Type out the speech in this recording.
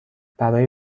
برای